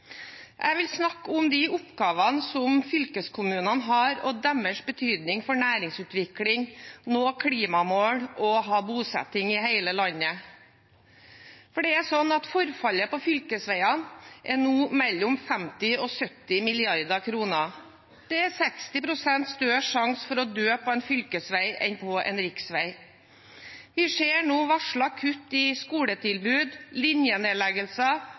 Jeg vil snakke om de oppgavene som fylkeskommunene har, og deres betydning for næringsutvikling, for å nå klimamål og for å ha bosetting i hele landet. Forfallet på fylkesveiene er nå på mellom 50 mrd. og 70 mrd. kr. Det er 60 pst. større risiko for å dø på en fylkesvei enn på en riksvei. Vi ser nå varslede kutt i skoletilbud, linjenedleggelser,